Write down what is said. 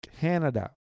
Canada